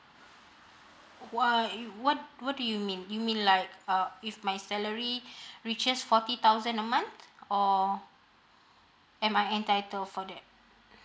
why what what do you mean you mean like uh if my salary reaches forty thousand a month or am I entitle for that